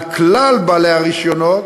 על כלל בעלי הרישיונות,